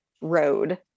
road